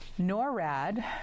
NORAD